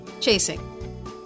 chasing